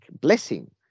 blessing